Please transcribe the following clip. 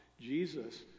Jesus